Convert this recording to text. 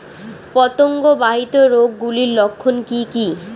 পতঙ্গ বাহিত রোগ গুলির লক্ষণ কি কি?